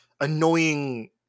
annoying